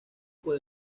por